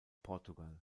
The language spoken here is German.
portugal